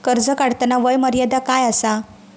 कर्ज काढताना वय मर्यादा काय आसा?